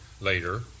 later